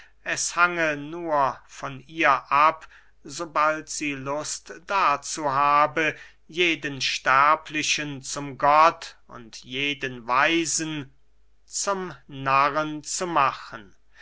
hange nur von ihr ab sobald sie lust dazu habe jeden sterblichen zum gott und jeden weisen zum narren zu machen